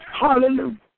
Hallelujah